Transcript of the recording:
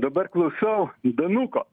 dabar klausau danuko